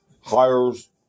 hires